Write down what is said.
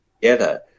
together